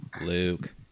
Luke